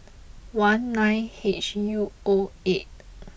one nine H U O eight